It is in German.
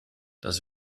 das